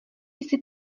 jsi